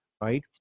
right